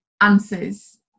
answers